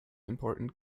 important